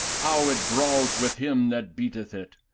how it brawls with him that beateth it!